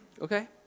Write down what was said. Okay